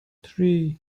three